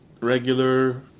regular